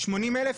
80,000?